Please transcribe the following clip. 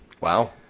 Wow